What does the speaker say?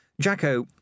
Jacko